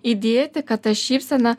įdėti kad ta šypsena